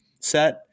set